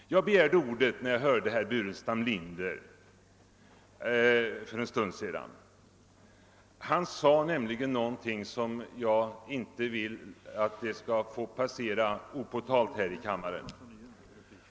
Jag begärde ordet, när jag hörde herr Burenstam Linder för en stund sedan. Han sade nämligen någonting som jag inte vill skall få passera opåtalt här i kammaren.